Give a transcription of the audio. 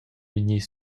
vegnir